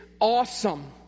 awesome